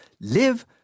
live